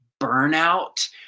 burnout